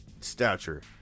stature